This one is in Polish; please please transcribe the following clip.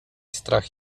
strach